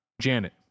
Janet